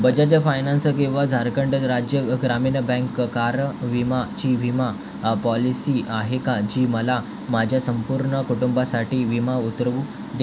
Bajaj finance किंवा Jharkhand Rajya Gramin bank car विमाची विमा पॉलिसी आहे का जी मला माझ्या संपूर्ण कुटुंबासाठी विमा उतरवू दे